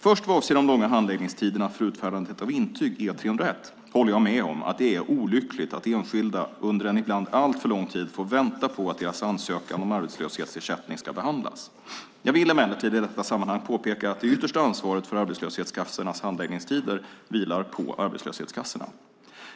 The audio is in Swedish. Först, vad avser de långa handläggningstiderna för utfärdandet av intyg E301, håller jag med om att det är olyckligt att enskilda under en ibland alltför lång tid får vänta på att deras ansökan om arbetslöshetsersättning ska behandlas. Jag vill emellertid i detta sammanhang påpeka att det yttersta ansvaret för arbetslöshetskassornas handläggningstider vilar på arbetslöshetskassorna.